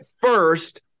first